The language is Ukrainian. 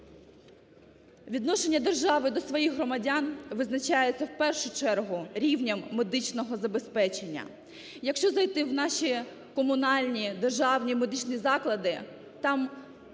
Відношення держави до своїх громадян визначається, в пергу чергу, рівнем медичного забезпечення. Якщо зайти в наші комунальні державні медичні заклади, там